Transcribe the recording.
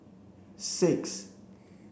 six